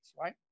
right